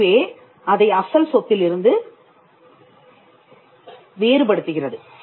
இதுவே அதை அசல் சொத்திலிருந்து வேறுபடுத்துகிறது